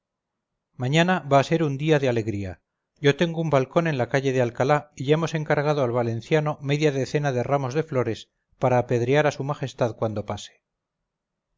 mañana va a ser un día de alegría yo tengo un balcón en la calle de alcalá y ya hemos encargado al valenciano media decena de ramos deflores para apedrear a s m cuando pase